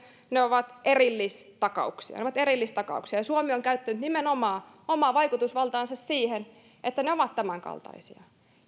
vaan ne ovat erillistakauksia ne ovat erillistakauksia ja suomi on käyttänyt nimenomaan omaa vaikutusvaltaansa siihen että ne ovat tämänkaltaisia